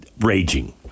raging